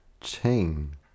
chain